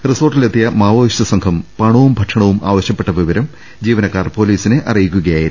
റിസോർട്ടി ലെത്തിയ മാവോയിസ്റ്റ് സംഘം പണവും ഭക്ഷണവും ആവശ്യപ്പെട്ടവി വരം ജീവനക്കാർ പോലീസിനെ അറിയിക്കുകയായിരുന്നു